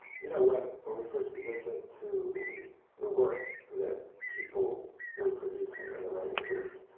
you know, when when we first listened to the work that people were producing in the writing group,